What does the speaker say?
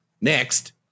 next